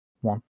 one